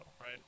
right